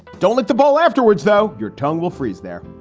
don't let the ball afterwards, though. your tongue will freeze there.